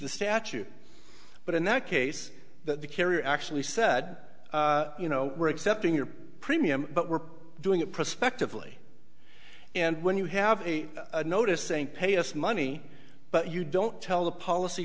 the statute but in that case that the carrier actually said you know we're accepting your premium but we're doing it prospectively and when you have a notice saying pay us money but you don't tell the policy